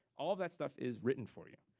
all that stuff is written for you.